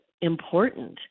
important